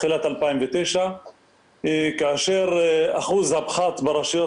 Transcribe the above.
תחילת 2009 כאשר אחוז הפחת ברשויות